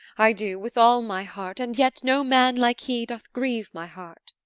i do, with all my heart and yet no man like he doth grieve my heart.